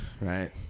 right